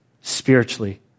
spiritually